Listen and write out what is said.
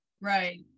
right